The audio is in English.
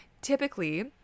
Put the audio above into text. typically